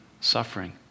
suffering